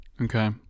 Okay